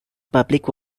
public